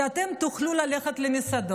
כדי שאתם תוכלו ללכת למסעדות,